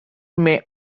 may